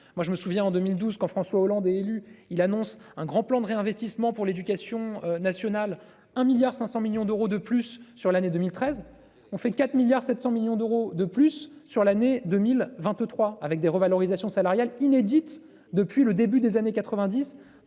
Moi je me souviens en 2012 quand François Hollande est élu, il annonce un grand plan de réinvestissement pour l'éducation nationale, un milliard 500 millions d'euros de plus sur l'année 2013, on fait 4 milliards 700 millions d'euros de plus sur l'année 2023 avec des revalorisations salariales inédite depuis le début des années 90